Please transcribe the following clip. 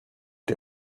die